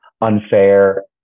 unfair